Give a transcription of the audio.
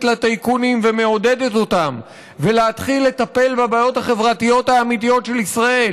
לטייקונים ומעודדת אותם ולהתחיל לטפל בבעיות החברתיות האמיתיות של ישראל.